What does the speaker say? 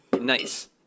Nice